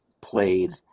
played